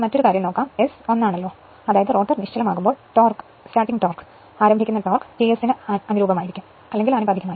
ഇനി മറ്റൊരു കാര്യം S 1 ആണ് അതായത് റോട്ടർ നിശ്ചലമാകുമ്പോൾ ടോർക്ക് ആരംഭിക്കുന്ന ടോർക്ക് TSന് അനുരൂപമായിരിക്കുo